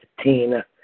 Tina